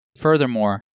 Furthermore